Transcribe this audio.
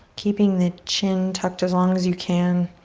keeping the chin tucked as long as you can,